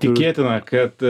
tikėtina kad